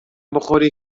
بخوری